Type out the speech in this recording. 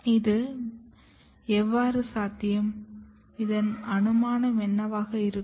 இது எவ்வாறு சாத்தியம் இதன் அனுமானம் என்னவாக இருக்கும்